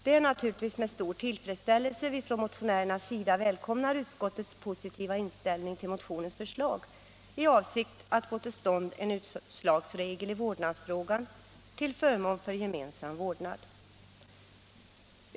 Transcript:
Det är naturligtvis med stor tillfredsställelse vi motionärer välkomnar utskottets positiva inställning till våra förslag med avsikt att få till stånd en utslagsregel i vårdnadsfrågan till förmån för gemensam vårdnad.